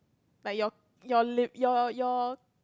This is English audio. like your your liv~ your